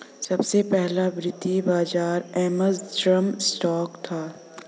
सबसे पहला वित्तीय बाज़ार एम्स्टर्डम स्टॉक था